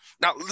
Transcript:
now